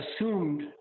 assumed